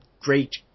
great